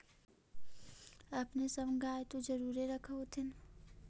अपने सब गाय तो जरुरे रख होत्थिन?